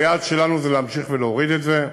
והיעד שלנו זה להמשיך ולהוריד את זה.